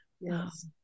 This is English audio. Yes